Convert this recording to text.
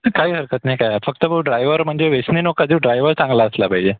काही हरकत नाही काही फक्त भाऊ ड्रायवर म्हणजे व्यसनी नका देऊ ड्रायवर चांगला असला पाहिजे